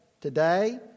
today